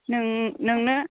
नों नोंनो